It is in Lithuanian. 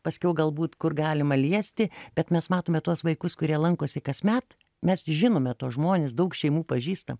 paskiau galbūt kur galima liesti bet mes matome tuos vaikus kurie lankosi kasmet mes žinome tuos žmones daug šeimų pažįstam